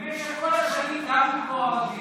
במשך כל השנים גרו פה ערבים,